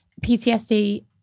PTSD